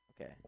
Okay